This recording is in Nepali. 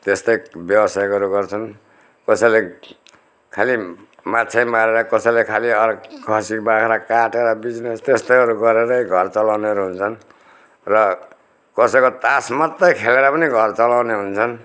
त्यस्तै व्यवसायहरू गर्छन् कसैले खालि माछै मारेर कसैले खालि खसी बाख्रा काटेर बिजनेस त्यस्तैहरू गरेरै घर चलाउनेहरू हुन्छन् र कसैको तास मात्रै खेलेर पनि घर चलाउने हुन्छन्